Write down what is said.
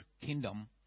kingdom